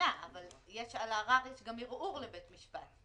אבל על ערר יש גם ערעור לבית משפט.